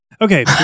Okay